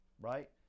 right